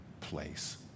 place